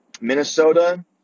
Minnesota